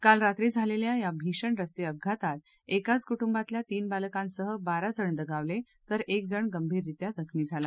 काल रात्री झालेल्या या भीषण रस्ते अपघातात एकाच कुटुंबातल्या तीन बालकांसह बारा जण दगावले तर एक जण गंभीररित्या जखमी झाला